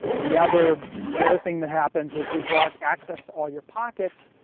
the other the other thing that happens is you block access to all your pockets,